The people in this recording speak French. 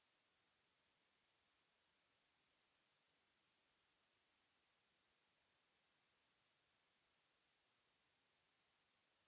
...